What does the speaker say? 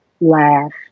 Laugh